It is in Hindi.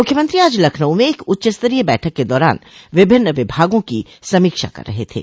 मुख्यमंत्री आज लखनऊ में एक उच्चस्तरीय बैठक के दौरान विभिन्न विभागों की समीक्षा कर रहे थे